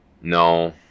No